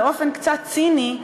באופן קצת ציני,